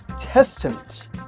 Testament